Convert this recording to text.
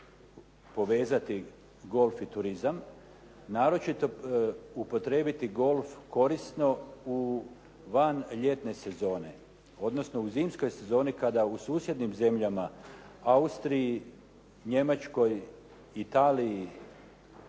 povezati golf i turizam, naročito upotrijebiti golf korisno van ljetne sezone odnosno u zimskoj sezoni kada u susjednim zemljama Austriji, Njemačkoj, Italiji,